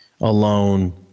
alone